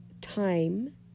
time